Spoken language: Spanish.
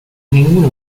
ninguno